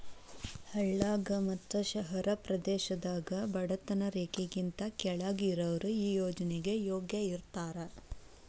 ಹಳ್ಳಾಗ ಮತ್ತ ಶಹರ ಪ್ರದೇಶದಾಗ ಬಡತನ ರೇಖೆಗಿಂತ ಕೆಳ್ಗ್ ಇರಾವ್ರು ಈ ಯೋಜ್ನೆಗೆ ಯೋಗ್ಯ ಇರ್ತಾರ